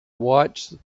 watched